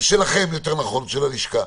של הלשכה.